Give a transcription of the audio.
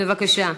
בבקשה.